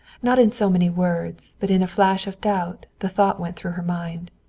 not in so many words, but in a flash of doubt the thought went through her mind.